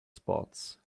spots